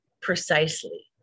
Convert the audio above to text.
precisely